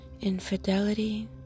Infidelity